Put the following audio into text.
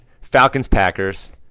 Falcons-Packers